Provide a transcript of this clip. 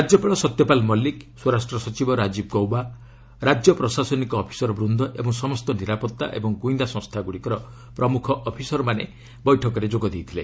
ରାଜ୍ୟପାଳ ସତ୍ୟପାଲ ମଲ୍ଲିକ ସ୍ୱରାଷ୍ଟ୍ର ସଚିବ ରାଜୀବ ଗୌବା ରାଜ୍ୟ ପ୍ରଶାସନିକ ଅଫିସର ବୃନ୍ଦ ଓ ସମସ୍ତ ନିରାପତ୍ତା ଏବଂ ଗୁଇନ୍ଦା ସଂସ୍ଥାଗୁଡ଼ିକର ପ୍ରମୁଖ ଅଫିସରମାନେ ବୈଠକରେ ଯୋଗ ଦେଇଥିଲେ